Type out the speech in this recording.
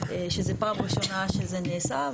שזה פעם ראשונה שזה נעשה.